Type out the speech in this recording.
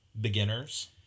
Beginners